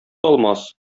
алмас